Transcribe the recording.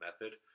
method